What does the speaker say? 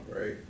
right